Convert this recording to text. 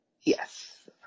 Yes